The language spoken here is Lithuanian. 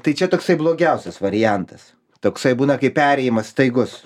tai čia toksai blogiausias variantas toksai būna kai perėjimas staigus